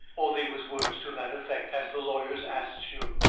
or they was words to that effect, as the lawyers asts you.